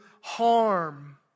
harm